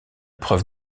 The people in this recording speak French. preuve